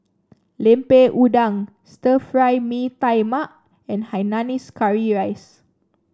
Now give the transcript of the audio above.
Lemper Udang Stir Fry Mee Tai Mak and Hainanese Curry Rice